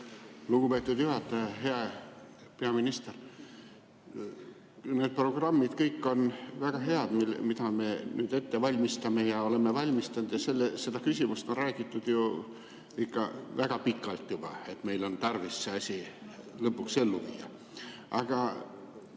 Lugupeetud juhataja! Hea peaminister! Need programmid kõik on väga head, mida me nüüd ette valmistame ja oleme valmistanud. Sellest küsimusest on räägitud ju ikka väga pikalt juba, et meil on tarvis see asi lõpuks ellu viia. Aga